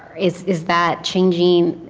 is is that changing?